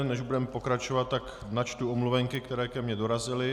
Než budeme pokračovat, načtu omluvenky, které ke mně dorazily.